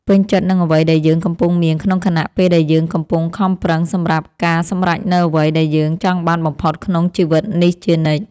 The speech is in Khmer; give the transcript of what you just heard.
ពេញចិត្តនឹងអ្វីដែលយើងកំពុងមានក្នុងខណៈពេលដែលយើងកំពុងខំប្រឹងសម្រាប់ការសម្រេចនូវអ្វីដែលយើងចង់បានបំផុតក្នុងជីវិតនេះជានិច្ច។